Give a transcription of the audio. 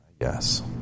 Yes